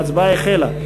ההצבעה החלה.